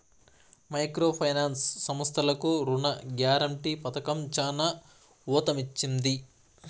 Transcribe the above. micro finance సంస్థలకు రుణ guarantee పథకం చానా ఊతమిచ్చింది